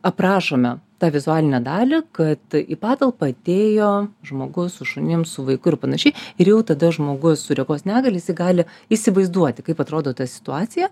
aprašome tą vizualinę dalį kad į patalpą atėjo žmogus su šunim su vaiku ir panašiai ir jau tada žmogus su regos negalia jisai gali įsivaizduoti kaip atrodo ta situacija